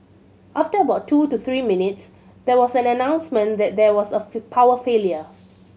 after about two to three minutes there was an announcement that there was a power failure